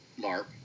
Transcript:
LARP